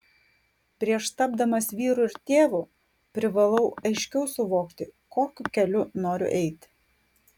prieš tapdamas vyru ir tėvu privalau aiškiau suvokti kokiu keliu noriu eiti